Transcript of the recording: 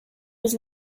was